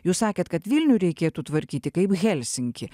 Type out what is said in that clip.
jūs sakėt kad vilnių reikėtų tvarkyti kaip helsinkį